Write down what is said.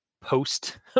post